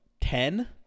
ten